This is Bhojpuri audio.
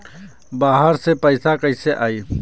बाहर से पैसा कैसे आई?